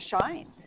shine